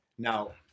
Now